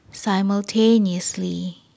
Simultaneously